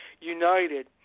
United